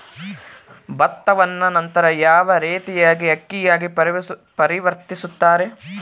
ಭತ್ತವನ್ನ ನಂತರ ಯಾವ ರೇತಿಯಾಗಿ ಅಕ್ಕಿಯಾಗಿ ಪರಿವರ್ತಿಸುತ್ತಾರೆ?